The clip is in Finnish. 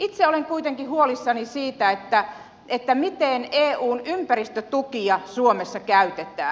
itse olen kuitenkin huolissani siitä miten eun ympäristötukia suomessa käytetään